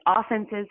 offenses